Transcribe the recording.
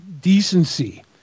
decency